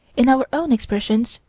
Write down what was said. in our own expressions,